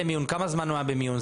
כמה זמן הוא היה במיון?